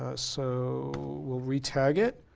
ah so we'll retag it.